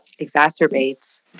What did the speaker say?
exacerbates